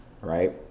right